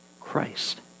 Christ